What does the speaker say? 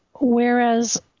whereas